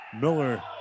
Miller